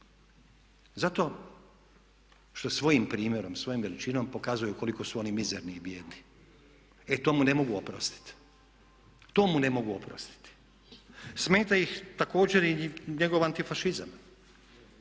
Zato što svojim primjerom, svojom veličinom pokazuju koliko su oni mizerni i bijedni. E to mu ne mogu oprostiti. To mu ne mogu oprostiti. Smeta ih također i njegov antifašizam,